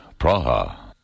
Praha